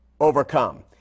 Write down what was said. overcome